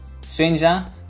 Stranger